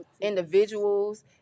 individuals